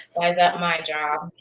why is that my job?